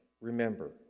remember